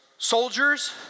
Soldiers